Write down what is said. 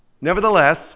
nevertheless